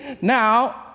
Now